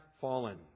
fallen